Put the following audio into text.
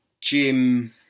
jim